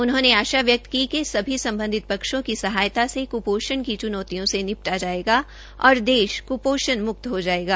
उन्होंने आशा व्यक्त की कि सभी सम्बधित पक्षों की सहायता से क्पोषण की च्नौतियों से निपटा जायेगा और देश कुपोषण मुक्त हो जायेगा